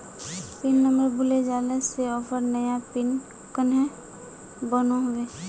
Pin number भूले जाले से ऑफर नया पिन कन्हे बनो होबे?